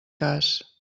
cas